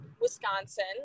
Wisconsin